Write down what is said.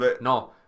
No